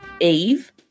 Eve